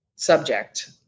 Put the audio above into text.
subject